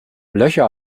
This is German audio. löcher